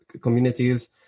communities